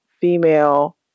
female